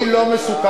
אני לא מסוכן.